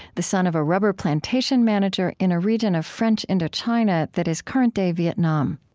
the son of a rubber plantation manager in a region of french indochina that is current-day vietnam.